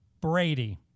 Brady